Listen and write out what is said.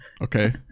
Okay